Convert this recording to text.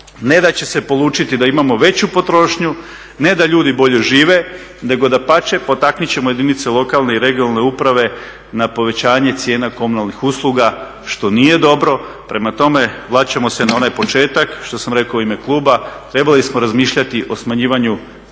ne da će se polučiti da imamo veću potrošnju, ne da ljudi bolje žive, nego dapače potaknut ćemo jedinice lokalne i regionalne uprave na povećanje cijena komunalnih usluga što nije dobro. Prema tome, vraćamo se na onaj početak što sam rekao u ime kluba, trebali smo razmišljati o smanjivanju